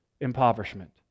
impoverishment